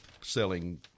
selling